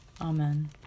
Amen